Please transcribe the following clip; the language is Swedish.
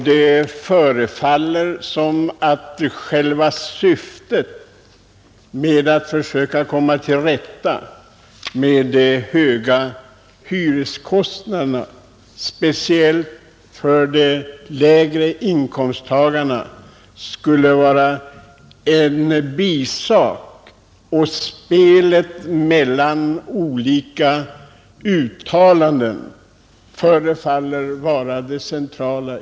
Det förefaller som om själva syftet — att komma till rätta med de höga hyreskostnaderna, speciellt för de lägre inkomsttagarna — skulle vara en bisak och spelet mellan olika uttalanden det centrala.